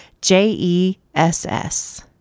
J-E-S-S